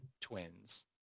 twins